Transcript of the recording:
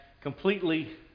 completely